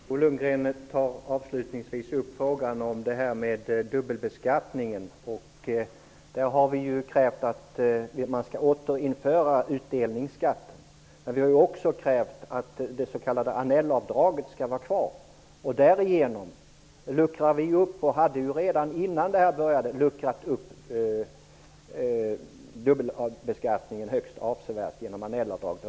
Herr talman! Bo Lundgren tar avslutningsvis upp frågan om dubbelbeskattningen. Där har vi krävt att man skall återinföra utdelningsskatten. Men vi har också krävt att det s.k. Annellavdraget skall vara kvar. Därigenom luckrar vi upp dubbelbeskattningen högst avsevärt, och det hade vi gjort redan innan detta började.